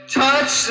touch